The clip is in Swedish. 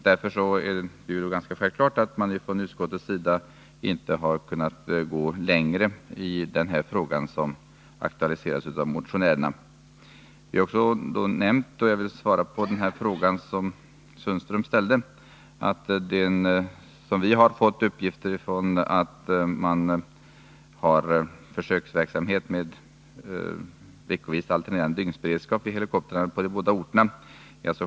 Därför är det ganska självklart att vi från utskottets sida inte har kunnat gå längre i den fråga som aktualiseras av motionärerna. Vi har också nämnt, och det är svaret på den fråga som Sten-Ove Sundström ställde, att vi har fått uppgifter om att det inom försvaret pågår försöksverksamhet med veckovis alternerande dygnsberedskap vid helikoptrarna på de båda orterna.